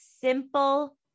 simple